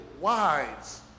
wise